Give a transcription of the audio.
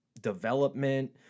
development